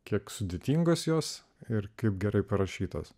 kiek sudėtingos jos ir kaip gerai parašytos